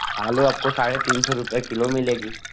आलू आपको साढ़े तीन सौ रुपए किलो मिलेगी